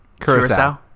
curacao